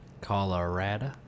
Colorado